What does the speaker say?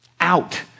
out